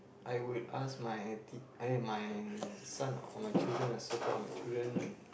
I would ask my tea~ eh my son or my children ah so called my children